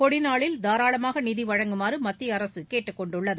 கொடிநாளில் தாராளமாக நிதி வழங்குமாறு மத்திய அரசு கேட்டுக் கொண்டுள்ளது